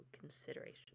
consideration